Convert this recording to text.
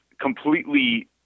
completely